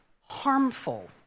harmful